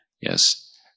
Yes